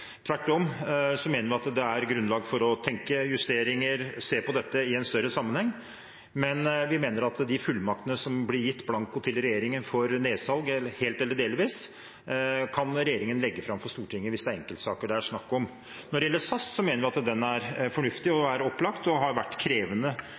Tvert om mener vi at det er grunnlag for å tenke justeringer, se på dette i en større sammenheng. Men vi mener at de fullmaktene som blir gitt blanko til regjeringen for nedsalg helt eller delvis, kan regjeringen legge fram for Stortinget hvis det er enkeltsaker det er snakk om. Når det gjelder SAS, mener vi at den er fornuftig